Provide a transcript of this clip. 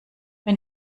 wenn